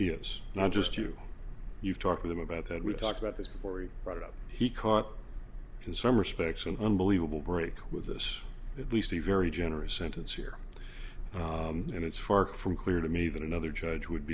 he is not just you you've talked with him about that we talked about this before you brought it up he caught it in some respects an unbelievable break with this at least a very generous sentence here and it's far from clear to me that another judge would